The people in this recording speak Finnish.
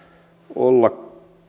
olla